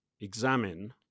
examine